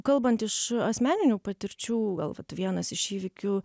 kalbant iš asmeninių patirčių gal vat vienas iš įvykių